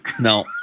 No